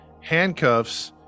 handcuffs